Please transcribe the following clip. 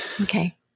Okay